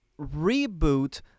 reboot